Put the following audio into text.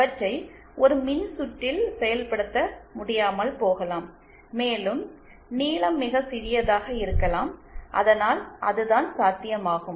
அவற்றை ஒரு மின்சுற்றில் செயல்படுத்த முடியாமல் போகலாம் மேலும் நீளம் மிகச் சிறியதாக இருக்கலாம் அதனால் அதுதான் சாத்தியமாகும்